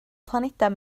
planedau